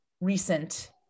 recent